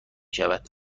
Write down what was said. شود